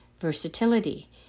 versatility